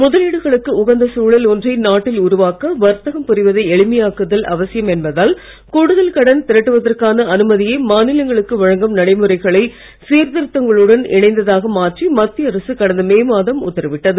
முதலீடுகளுக்கு உகந்த சூழல் ஒன்றை நாட்டில் உருவாக்க வர்த்தகம் புரிவதை எளிமையாக்குதல் அவசியம் என்பதால் கூடுதல் கடன் திரட்டுவதற்கான அனுமதியை மாநிலங்களுக்கு வழங்கும் நடைமுறைகளை சீர்திருத்தங்களுடன் இணைந்ததாக மாற்றி மத்திய அரசு கடந்த மே மாதம் உத்தரவிட்டது